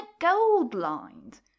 gold-lined